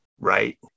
Right